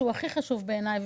שהוא הכי חשוב בעיניי,